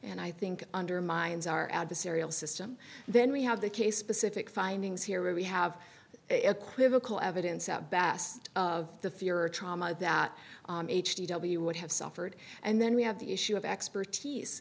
and i think undermines our adversarial system then we have the case specific findings here where we have equivocal evidence at best of the fear or trauma that h d w would have suffered and then we have the issue of expertise